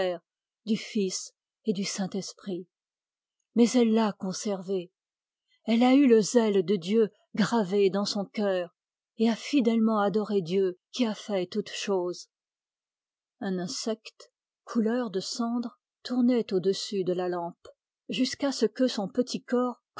du fils et du saint-esprit mais elle l'a conservée elle a eu le zèle de dieu gravé dans son cœur et a fidèlement adoré dieu qui a fait toutes choses un insecte couleur de cendre tourna au-dessus de la lampe jusqu'à ce que son petit corps